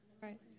Right